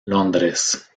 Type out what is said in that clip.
londres